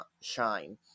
shine